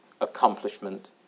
accomplishment